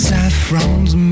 Saffron's